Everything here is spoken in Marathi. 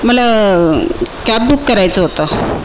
मला कॅब बुक करायचं होतं